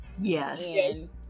Yes